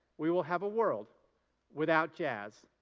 we will have a world without jazz,